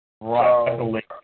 Right